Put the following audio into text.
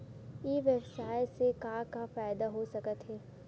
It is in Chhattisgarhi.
ई व्यवसाय से का का फ़ायदा हो सकत हे?